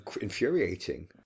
infuriating